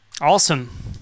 Awesome